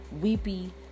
weepy